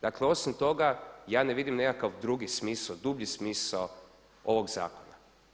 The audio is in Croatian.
Dakle osim toga ja ne vidim nekakav drugi smisao, dublji smisao ovog zakona.